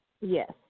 Yes